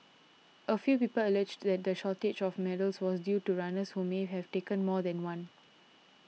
a few people alleged that the shortage of medals was due to runners who may have taken more than one